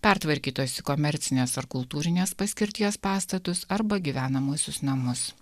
pertvarkytos į komercinės ar kultūrinės paskirties pastatus arba gyvenamuosius namus